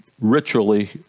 ritually